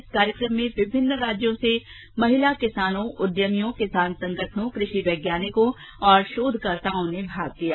इस कार्यक्रम में विभिन्न राज्यों से महिला किसानों उद्यमियों किसान संगठनों कृषि वैज्ञानिकों और शोधकर्ताओं ने भाग लिया